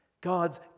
God's